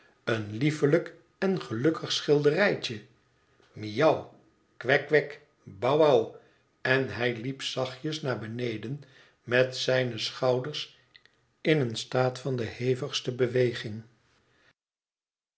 en liefelijk en gelukkig schilderijtje miauw kwek kwek bou woui'ënhijliepzachesnaar beneden met zijne schouders in een staat van de hevigste beweging